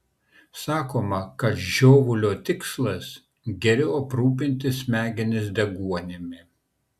sakoma kad žiovulio tikslas geriau aprūpinti smegenis deguonimi